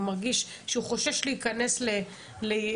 הוא מרגיש שהוא חושש להיכנס למקומות.